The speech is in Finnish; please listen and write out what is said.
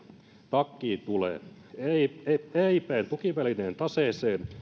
takkiin tulee eipn tukivälineen taseeseen